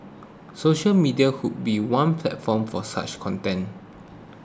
social media could be one platform for such content